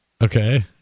Okay